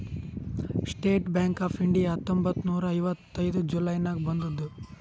state Bank of India ಹತ್ತೊಂಬತ್ತ್ ನೂರಾ ಐವತ್ತೈದು ಜುಲೈ ನಾಗ್ ಬಂದುದ್